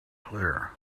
clear